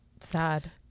sad